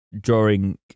drawing